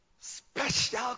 special